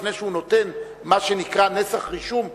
לפני שהוא נותן מה שנקרא "נסח רישום מחייב",